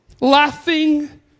laughing